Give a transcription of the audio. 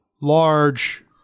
large